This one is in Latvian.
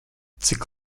cik